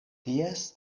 ties